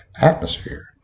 atmosphere